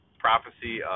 prophecy